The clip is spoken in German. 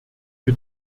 für